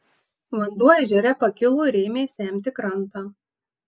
vanduo ežere pakilo ir ėmė semti krantą